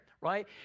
right